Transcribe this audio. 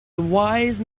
wise